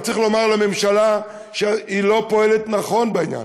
וצריך לומר לממשלה שהיא לא פועלת נכון בעניין.